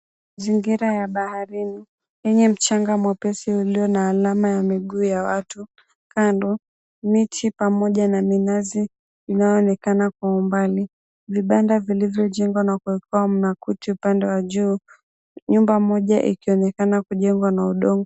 Mazingira ya baharini yenye mchanga mwepesi ulio na alama ya miguu ya watu. Kando miti pamoja na minazi inayoonekana kwa umbali. Vibanda vilivyojengwa na kuwekewa makuti upande wa juu. Nyumba moja ikionekana kujengwa na udongo.